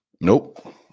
Nope